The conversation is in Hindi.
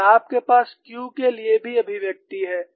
और आपके पास Q के लिए भी अभिव्यक्ति है